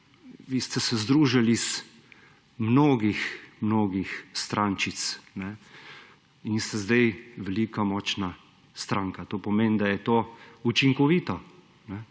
vi ste se združili iz mnogih, mnogih strančic in ste zdaj velika močna stranka. To pomeni, da je to učinkovito,